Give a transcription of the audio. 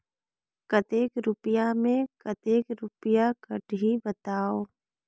कतेक रुपिया मे कतेक रुपिया कटही बताव?